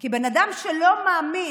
כי בן אדם שלא מאמין